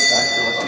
Tak